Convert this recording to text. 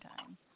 time